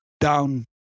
down